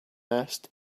asked